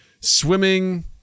swimming